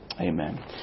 Amen